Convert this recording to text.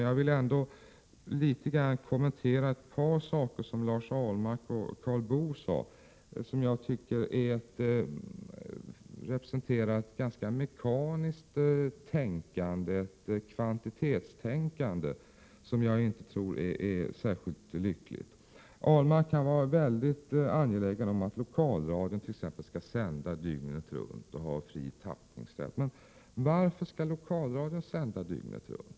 Jag vill ändå något kommentera ett par saker som Lars Ahlmark och Karl Boo sade, som representerar ett ganska mekaniskt tänkande, ett kvantitetstänkande, som jag inte tror är särskilt lyckligt. Lars Ahlmark var t.ex. mycket angelägen om att lokalradion skall sända dygnet runt och ha fri tappningsrätt. Men varför skall lokalradion sända dygnet runt?